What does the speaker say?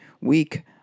week